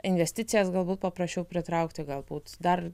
investicijas galbūt paprasčiau pritraukti galbūt dar